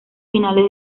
finales